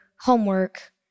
homework